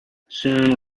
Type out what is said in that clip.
soon